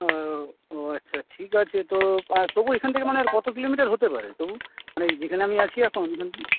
ও ও আচ্ছা ঠিক আছে তো তবু এখান থেকে মানে আর কত কিলোমিটার হতে পারে তবু মানে যেখানে আমি আছি এখন